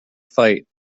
fight